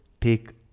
take